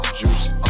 juicy